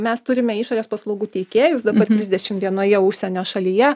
mes turime išorės paslaugų teikėjus dabar trisdešimt vienoje užsienio šalyje